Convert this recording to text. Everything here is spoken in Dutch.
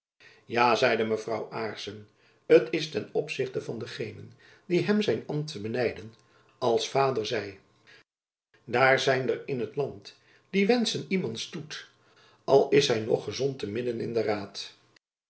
ja zeide mevrouw aarssen t is ten opzichte van degenen die hem zijn ambt benijden als vader zeî daer zijnder in het lant die wenschen iemants stoet al is hy noch gesont te midden in den raet